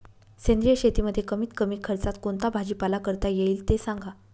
सेंद्रिय शेतीमध्ये कमीत कमी खर्चात कोणता भाजीपाला करता येईल ते सांगा